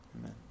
Amen